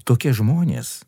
tokie žmonės